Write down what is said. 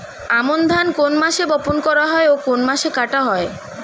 আমন ধান কোন মাসে বপন করা হয় ও কোন মাসে কাটা হয়?